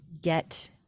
get